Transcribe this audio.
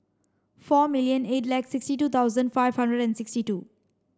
four million eight lakh sixty two thousand five hundred and sixty two